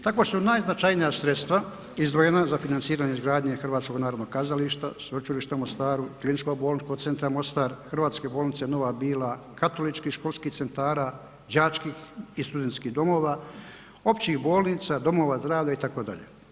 Tako su najznačajnija sredstva izdvojena za financiranje izgradnje Hrvatskog narodnog kazališta, Sveučilišta u Mostaru, Kliničkog bolničkog centra Mostar, Hrvatske bolnice Nova Bila, katoličkih školskih centara, đačkih i studentskih domova, općih bolnica, domova zdravlja itd.